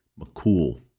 McCool